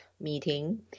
meeting